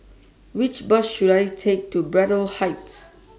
Which Bus should I Take to Braddell Heights